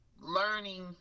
learning